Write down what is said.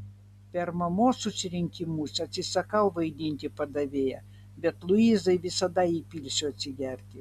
per mamos susirinkimus atsisakau vaidinti padavėją bet luizai visada įpilsiu atsigerti